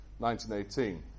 1918